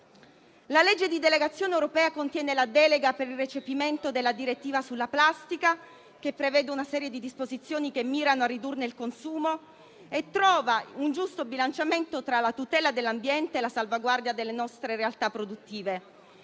di legge di delegazione europea in esame contiene la delega per il recepimento della direttiva sulla plastica, che prevede una serie di disposizioni che mirano a ridurne il consumo e trova un giusto bilanciamento tra la tutela dell'ambiente e la salvaguardia delle nostre realtà produttive.